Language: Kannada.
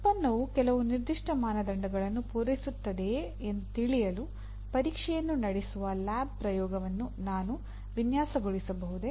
ಉತ್ಪನ್ನವು ಕೆಲವು ನಿರ್ದಿಷ್ಟ ಮಾನದಂಡಗಳನ್ನು ಪೂರೈಸುತ್ತದೆಯೇ ಎಂದು ತಿಳಿಯಲು ಪರೀಕ್ಷೆಯನ್ನು ನಡೆಸುವ ಲ್ಯಾಬ್ ಪ್ರಯೋಗವನ್ನು ನಾನು ವಿನ್ಯಾಸಗೊಳಿಸಬಹುದೇ